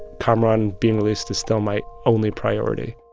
kamaran being released is still my only priority